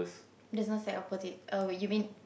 there's no sack of potato oh you mean